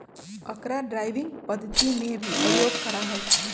अकरा ड्राइविंग पद्धति में भी प्रयोग करा हई